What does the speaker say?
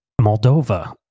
Moldova